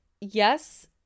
yes